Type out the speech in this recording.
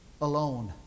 alone